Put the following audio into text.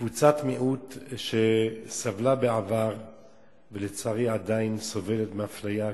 קבוצת מיעוט שסבלה בעבר ולצערי עדיין סובלת מאפליה,